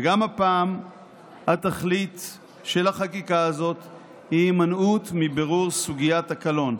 וגם הפעם התכלית של החקיקה הזאת היא הימנעות מבירור סוגיית הקלון,